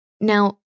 Now